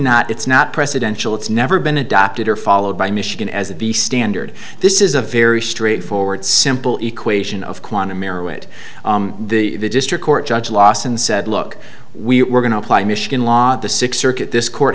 not it's not presidential it's never been adopted or followed by michigan as the standard this is a very straightforward simple equation of quantum merritt the district court judge lawson said look we were going to apply michigan law the six circuit this court